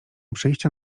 przyjścia